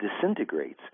disintegrates